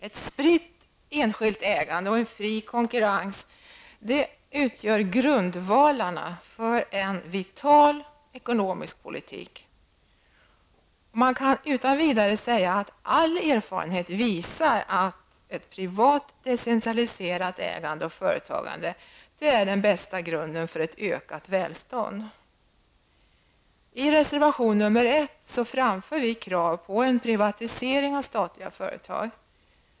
Ett spritt enskilt ägande och en fri konkurrens utgör grundstenarna för en vital ekonomisk politik. Man kan utan vidare säga att all erfarenhet visar att ett privat, decentraliserat ägande och företagande är den bästa grunden för ett ökat välstånd. I reservation nr 1 framför vi krav på en privatisering av statliga företag.